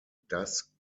das